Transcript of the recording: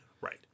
Right